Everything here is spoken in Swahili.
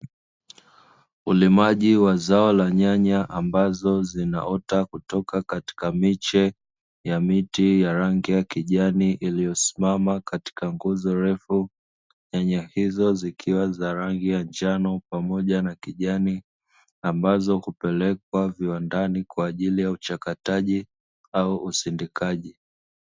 Ulimaji wa zao la nyanya ambazo zinaota kutoka katika miche ya miti ya rangi ya kijani iliyosimama katika nguzo refu, nyanya hizo zikiwa za rangi ya njano pamoja na rangi kijani ambazo hupelekwa viwandawani kwa ajili ya uchakataji au usindikaji.